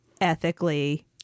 ethically